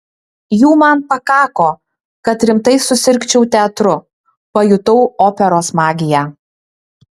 jų man pakako kad rimtai susirgčiau teatru pajutau operos magiją